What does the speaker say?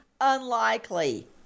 unlikely